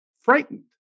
frightened